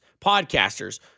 podcasters